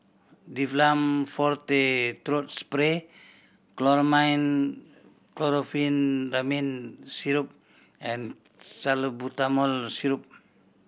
Difflam Throat Spray Chlormine Chlorpheniramine Syrup and Salbutamol Syrup